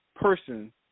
person